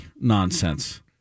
nonsense